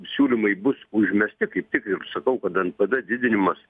siūlymai bus užmesti kaip tik ir sakau kad npd didinimas